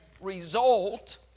result